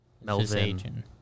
melvin